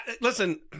listen